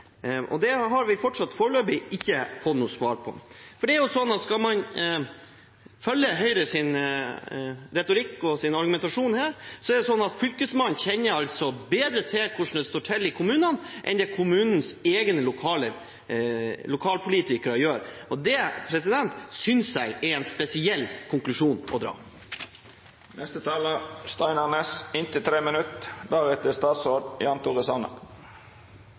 riktighet? Det har vi fortsatt ikke fått noe svar på. Skal man følge Høyres retorikk og argumentasjon her, kjenner altså Fylkesmannen bedre til hvordan det står til i kommunene, enn kommunens egne lokalpolitikere gjør. Det synes jeg er en spesiell konklusjon å